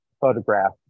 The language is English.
photograph